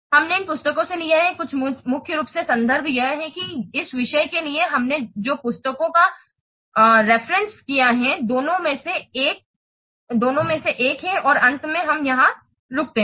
हमने इन पुस्तकों से लिया है मुख्य रूप से संदर्भ यह है कि इस विषय के लिए हमने जो पुस्तकों का उपसुम्मातिओं किया है दोनों में से एक है और अंत में हम यहां रुकते हैं